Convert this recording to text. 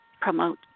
promote